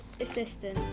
assistant